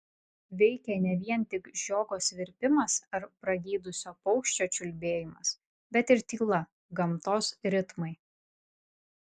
veikė ne vien tik žiogo svirpimas ar pragydusio paukščio čiulbėjimas bet ir tyla gamtos ritmai